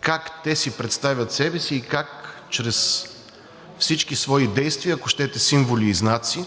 как те си представят себе си и как чрез всички свои действия, ако щете символи и знаци,